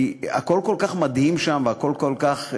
כי הכול כל כך מדהים שם, הכול כל כך,